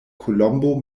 kolombo